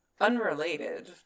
unrelated